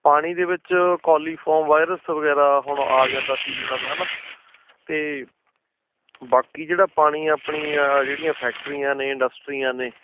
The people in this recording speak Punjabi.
ਪਾਣੀ ਦੇ ਵਿੱਚ ਕੌਲੀਫੋਰਮ ਵਾਇਰਸ ਵਗੈਰਾ ਹੁਣ ਆ ਜਾਂਦਾ ਸੀਜਨਲ ਹੈ ਨਾ ਅਤੇ ਬਾਕੀ ਜਿਹੜਾ ਪਾਣੀ ਆਪਣੀ ਜਿਹੜੀਆਂ ਫੈਕਟਰੀਆਂ ਨੇ ਇੰਡਸਟਰੀ ਨੇ